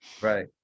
right